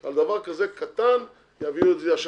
על דבר כזה קטן שיביאו את זה עכשיו